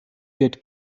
wird